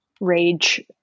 rage